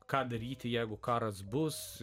ką daryti jeigu karas bus